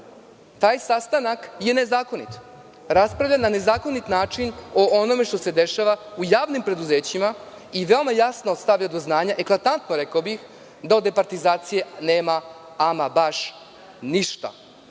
Taj sastanak je nezakonit, raspravljan na nezakonit način o onome što se dešava u javnim preduzećima i veoma jasno stavlja do znanja, eklatatno, rekao bih, da od departizacije nema baš ništa